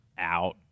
out